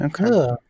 Okay